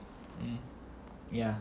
ya